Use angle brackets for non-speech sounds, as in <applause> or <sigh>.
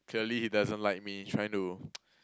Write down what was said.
clearly he doesn't like me trying to <noise>